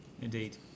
Indeed